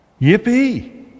Yippee